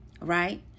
right